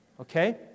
Okay